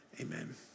amen